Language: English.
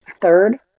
third